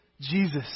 Jesus